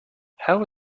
how